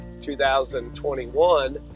2021